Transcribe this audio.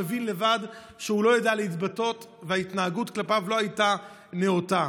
מבין לבד שהוא לא יודע להתבטא וההתנהגות כלפיו לא הייתה נאותה.